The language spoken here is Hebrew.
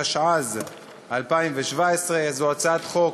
התשע"ז 2017. זו הצעת חוק